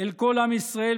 "אל כל עם ישראל,